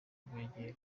kubegera